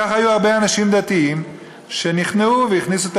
ככה היו הרבה אנשים דתיים שנכנעו והכניסו את